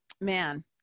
man